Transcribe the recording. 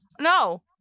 No